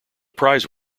prize